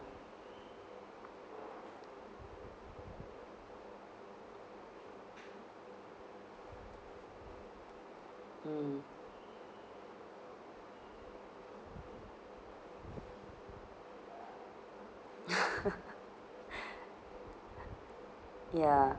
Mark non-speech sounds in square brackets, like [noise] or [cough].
mm [laughs] ya